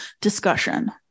discussion